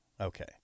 Okay